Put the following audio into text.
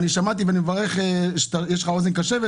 אני שמעתי ואני מברך שיש לך אוזן קשבת,